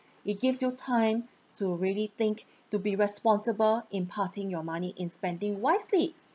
it gives you time to really think to be responsible in parting your money in spending wisely